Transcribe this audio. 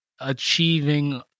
achieving